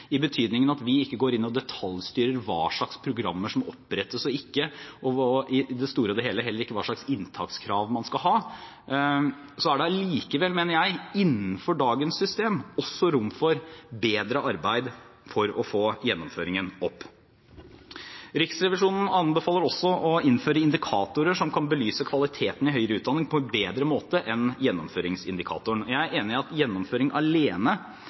i betydningen at vi ikke går inn og detaljstyrer hva slags programmer som opprettes og ikke, og i det store og hele heller ikke hva slags inntakskrav man skal ha, er det allikevel, mener jeg, innenfor dagens system også rom for bedre arbeid for å få gjennomføringen opp. Riksrevisjonen anbefaler også å innføre indikatorer som kan belyse kvaliteten i høyere utdanning på en bedre måte enn gjennomføringsindikatoren. Jeg er enig i at gjennomføring alene